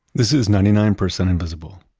this is ninety nine percent invisible.